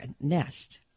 nest